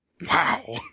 Wow